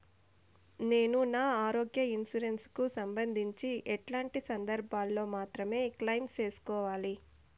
నేను నా ఆరోగ్య ఇన్సూరెన్సు కు సంబంధించి ఎట్లాంటి సందర్భాల్లో మాత్రమే క్లెయిమ్ సేసుకోవాలి?